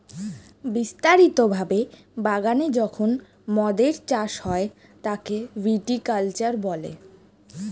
বিস্তারিত ভাবে বাগানে যখন মদের চাষ হয় তাকে ভিটি কালচার বলে